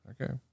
Okay